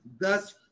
thus